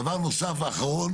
דבר נוסף ואחרון